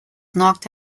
knocked